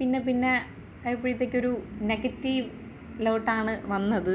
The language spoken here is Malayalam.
പിന്നെ പിന്നെ ആയപ്പോഴത്തേക്കൊരു നെഗറ്റീവിലോട്ടാണ് വന്നത്